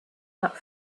that